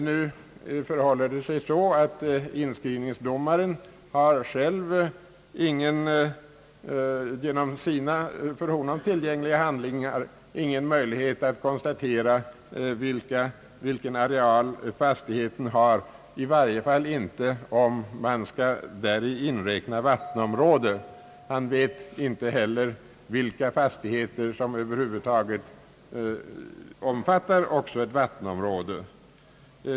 Nu har emellertid inskrivningsdomaren genom de för honom tillgängliga handlingarna ingen. möjlighet att konstatera vilken areal fastigheten har, i varje fall inte om däri skall inräknas också vattenområde. Han vet inte heller vilka fastigheter som över huvud taget omfattar också ett vattenområde.